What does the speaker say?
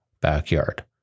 backyard